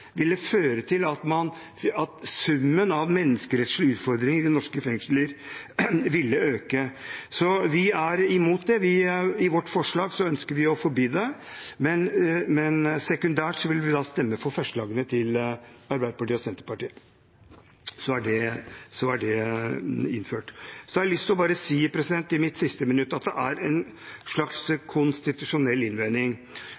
ville føre til at summen av menneskerettslige utfordringer i norske fengsler ville øke. Så vi er imot det, i vårt forslag ønsker vi å forby det. Men sekundært vil vi da stemme for forslagene fra Arbeiderpartiet og Senterpartiet. Så er det innført. Så har jeg lyst til bare å si i mitt siste minutt at det er en slags